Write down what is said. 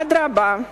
אדרבה,